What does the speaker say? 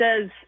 says